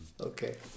Okay